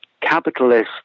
capitalist